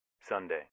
Sunday